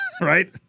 Right